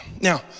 Now